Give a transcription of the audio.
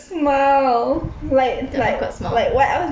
that awkward smile